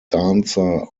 dancer